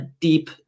deep